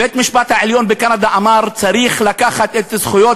בית-המשפט העליון בקנדה אמר: צריך לשים את זכויות